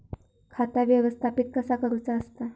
खाता व्यवस्थापित कसा करुचा असता?